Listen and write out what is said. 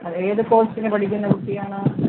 അതെ ഏത് കോഴ്സിന് പഠിക്കുന്ന കുട്ടിയാണ്